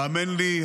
האמן לי,